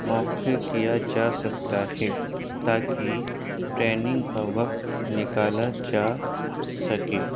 موخع کیا جا سکتا ہے تاکہ ٹرینگ کا وقت نکالا جا سکے